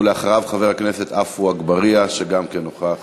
אחריו, חבר הכנסת עפו אגבאריה, שמוותר?